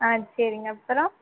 ஆ சரிங்க அப்புறம்